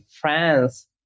France